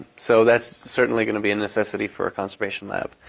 so that's certainly going to be a necessity for a conservation lab.